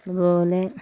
അതുപോലെ